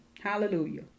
Hallelujah